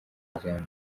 muryango